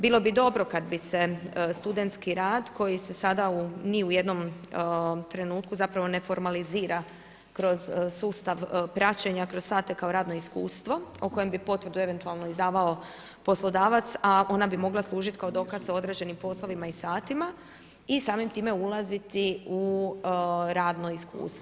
Bilo bi dobro kada bi se studenski rad, koji se sada ni u jednom trenutku zapravo ne formalizira kroz sustav praćenja kroz sate kao radno iskustvo, o kojem bi potvrdu eventualno izdavao poslodavac, a ona bi mogla služiti kao dokaz u određenim poslovima i satima, i samim time ulaziti u radno iskustvo.